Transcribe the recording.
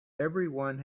everyone